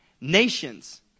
nations